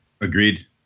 Agreed